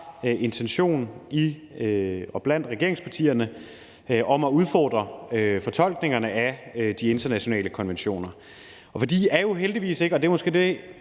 en klar intention om at udfordre fortolkningerne af de internationale konventioner. De er jo heldigvis ikke – og det er måske det,